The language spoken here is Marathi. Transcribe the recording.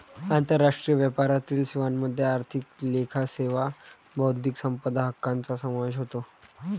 आंतरराष्ट्रीय व्यापारातील सेवांमध्ये आर्थिक लेखा सेवा बौद्धिक संपदा हक्कांचा समावेश होतो